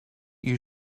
you